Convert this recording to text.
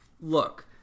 look